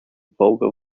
volga